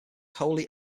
wholly